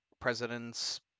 president's